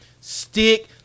stick